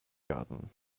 garten